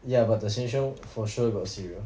ya but the Sheng Siong for sure got cereal